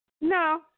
No